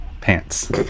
pants